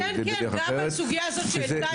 או בדרך אחרת.